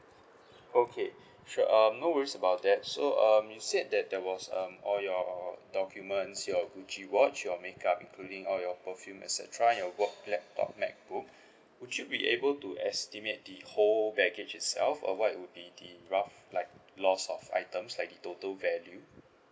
okay sure um no worries about that so um you said that there was um all your documents your gucci watch your makeup including all your perfume et cetera and your work laptop macbook would you be able to estimate the whole baggage itself or what would be the rough like loss of items like the total value